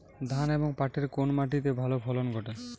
ধান এবং পাটের কোন মাটি তে ভালো ফলন ঘটে?